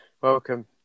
Welcome